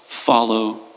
follow